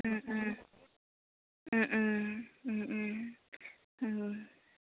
ও ও ও ও ও ও